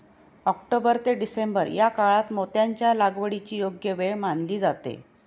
October ते December या काळात मोत्यांच्या लागवडीची योग्य वेळ मानली जाते